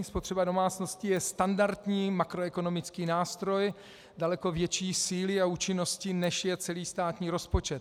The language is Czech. Spotřeba domácností je standardní makroekonomický nástroj daleko větší síly a účinnosti, než je celý státní rozpočet.